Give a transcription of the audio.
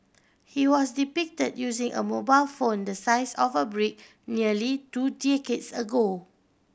he was depicted using a mobile phone the size of a brick nearly two decades ago